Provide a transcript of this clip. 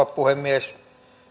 puhemies